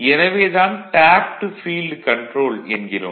எனவே தான் tapped field control என்கிறோம்